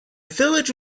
village